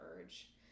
urge